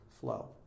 flow